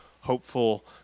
hopeful